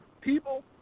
people